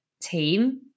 team